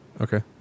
Okay